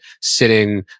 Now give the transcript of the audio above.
sitting